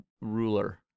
ruler